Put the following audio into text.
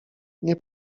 nie